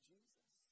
Jesus